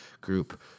group